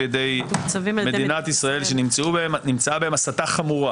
ידי מדינת ישראל שנמצאה בהם הסתה חמורה